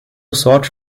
sought